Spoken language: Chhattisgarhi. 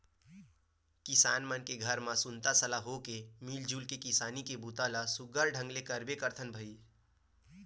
किसान मन के घर म सुनता सलाह होके जुल मिल के किसानी के बूता ल सुग्घर ढंग ले करबे करथन भईर